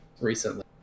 recently